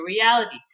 reality